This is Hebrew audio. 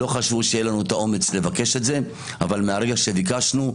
לא חשבו שיהיה לנו האומץ לבקש את זה אבל מהרגע שביקשנו,